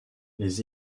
les